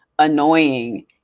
annoying